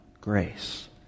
grace